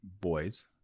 boys